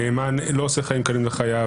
הנאמן לא עושה חיים קלים לחייב,